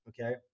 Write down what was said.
Okay